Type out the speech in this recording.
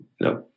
no